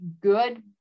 good